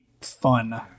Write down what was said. fun